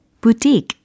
boutique